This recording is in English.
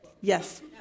yes